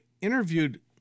interviewed –